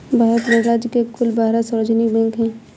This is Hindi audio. भारत गणराज्य में कुल बारह सार्वजनिक बैंक हैं